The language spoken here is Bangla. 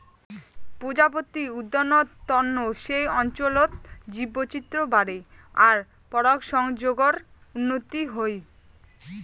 প্রজাপতি উদ্যানত তন্ন সেই অঞ্চলত জীববৈচিত্র বাড়ে আর পরাগসংযোগর উন্নতি হই